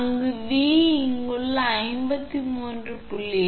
அந்த V இங்குள்ள மாற்று 53